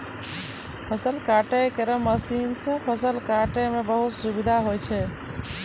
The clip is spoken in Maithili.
फसल काटै केरो मसीन सँ फसल काटै म बहुत सुबिधा होय छै